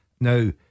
Now